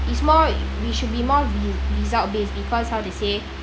it's more we should be more re~ result based because how to say